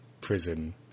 prison